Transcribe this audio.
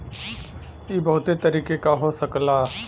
इ बहुते तरीके क हो सकला